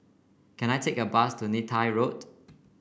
can I take a bus to Neythai Road